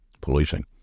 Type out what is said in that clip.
policing